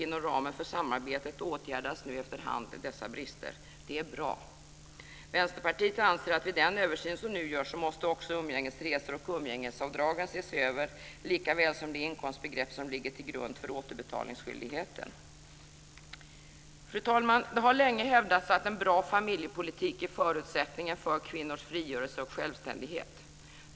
Inom ramen för samarbetet åtgärdas nu efter hand dessa brister. Det är bra. Vänsterpartiet anser att vid den översyn som nu görs måste umgängesresorna och umgängesavdragen ses över, liksom det inkomstbegrepp som ligger till grund för återbetalningsskyldigheten. Fru talman! Det har länge hävdats att en bra familjepolitik är förutsättningen för kvinnors frigörelse och självständighet.